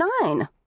nine